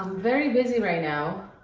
very busy right now.